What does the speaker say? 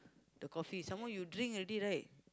the coffee some more you drink already right